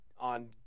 on